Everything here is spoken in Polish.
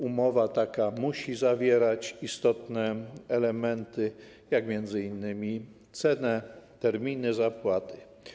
Umowa taka musi zawierać istotne elementy, m.in. cenę, terminy zapłaty.